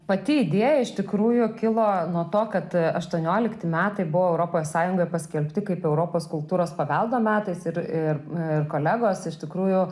pati idėja iš tikrųjų kilo nuo to kad aštuoniolikti metai buvo europos sąjungoj paskelbti kaip europos kultūros paveldo metais ir kolegos iš tikrųjų